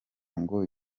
ngo